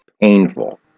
painful